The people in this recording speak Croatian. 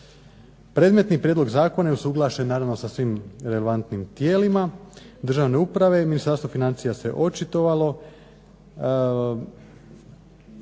Predmetni prijedlog zakona je usuglašen naravno sa svim relevantnim tijelima državne uprave. Ministarstvo financija se očitovalo